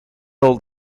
old